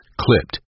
Clipped